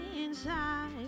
inside